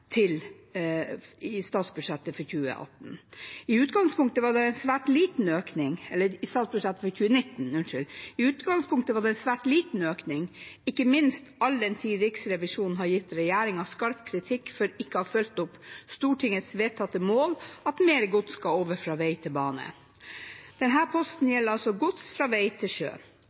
økt i statsbudsjettet for 2019. I utgangspunktet var det en svært liten økning, ikke minst all den tid Riksrevisjonen har gitt regjeringen skarp kritikk for ikke å ha fulgt opp Stortingets vedtatte mål, at mer gods skal over fra veg til bane. Denne posten gjelder altså gods fra veg til sjø.